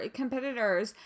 competitors